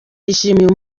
yishimira